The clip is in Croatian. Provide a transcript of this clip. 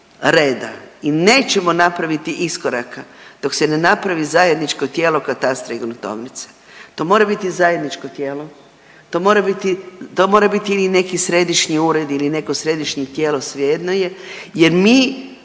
i nećemo napraviti iskoraka dok se ne napravi zajedničko tijelo katastra i gruntovnice, to mora biti zajedničko tijelo, to mora biti, to mora biti ili neki središnji ured ili neko središnje tijelo, svejedno je jer mi,